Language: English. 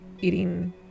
eating